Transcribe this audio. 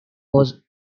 was